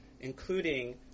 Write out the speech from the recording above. including